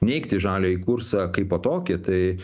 neigti žaliąjį kursą kaipo tokį tai